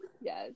yes